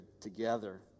together